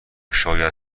شاید